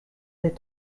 est